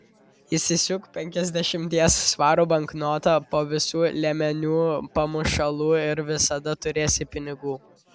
įsisiūk penkiasdešimties svarų banknotą po visų liemenių pamušalu ir visada turėsi pinigų